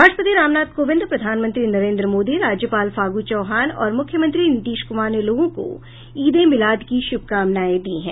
राष्ट्रपति रामनाथ कोविंद प्रधानमंत्री नरेंद्र मोदी राज्यपाल फागू चौहान और मुख्यमंत्री नीतीश कुमार ने लोगों को ईद ए मिलाद की शुभकामनाएं दी हैं